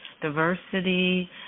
diversity